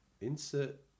insert